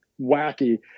wacky